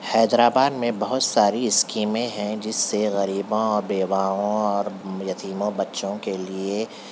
حیدرآباد میں بہت ساری اسکیمیں ہیں جس سے غریباں اور بیواواں اور یتیموں بچوں کے لیے